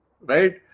Right